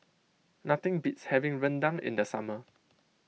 nothing beats having Rendang in the summer